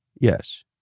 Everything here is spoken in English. Yes